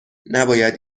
نباید